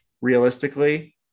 realistically